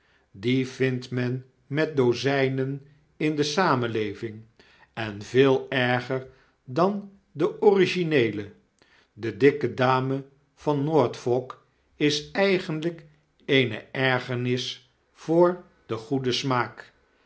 die vindt men met dozynen in de samenleving en veel erger dan de origineele de dikke dame van noord fok is eigenlijk eene ergernis voor den goeden smaak